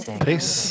Peace